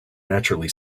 naturally